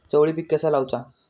चवळी पीक कसा लावचा?